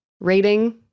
rating